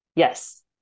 Yes